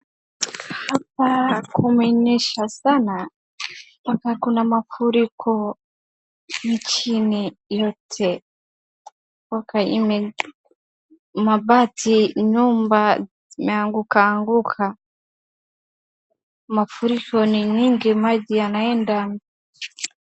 Hapa kumenyesha sana mpaka kuna mafuriko nchini yote. Mpaka ime mabati, nyumba zimeangukaanguka. Mafuriko ni nyingi, maji yanaenda.